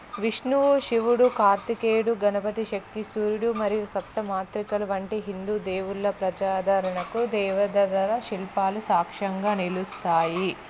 విష్ణువు శివుడు కార్తికేయుడు గణపతి శక్తి సూర్యుడు మరియు సప్త మాతృకలు వంటి హిందూ దేవుళ్ళ ప్రజాదరణకు దేవతల శిల్పాలు సాక్ష్యంగా నిలుస్తాయి